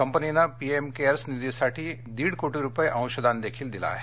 कंपनीनं PM cares निधीसाठी दीड कोटी रुपये अंशदान देखील दिलं आहे